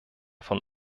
von